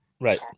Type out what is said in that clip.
Right